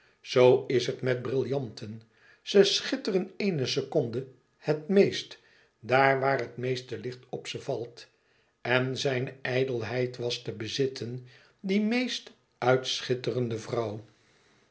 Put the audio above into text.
zoo is het met brillanten ze schitteren eene seconde het meest daar waar het meeste licht op ze valt en zijne ijdelheid was te bezitten die meest uitschitterende vrouw